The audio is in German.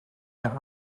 der